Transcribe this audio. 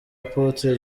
apotre